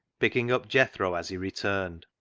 picking up jethro as he returned.